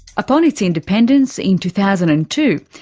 upon its independence in two thousand and two,